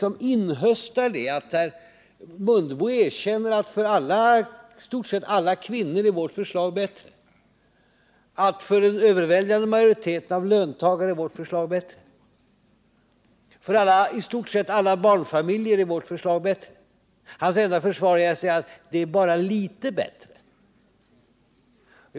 Jag inhöstar herr Mundebos erkännande att för i stort sett alla kvinnor är vårt förslag bättre, att för en överväldigande majoritet av löntagare är vårt förslag bättre och att för i stort sett alla barnfamiljer är vårt förslag bättre. Hans enda försvar är att säga att det är bara litet bättre.